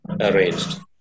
arranged